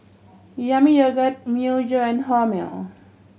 Yami Yogurt Myojo and Hormel